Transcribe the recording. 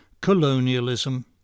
colonialism